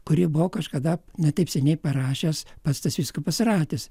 kurį buvo kažkada ne taip seniai parašęs pats tas vyskupas ratis